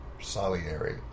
salieri